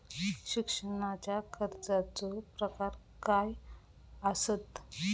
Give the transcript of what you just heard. शिक्षणाच्या कर्जाचो प्रकार काय आसत?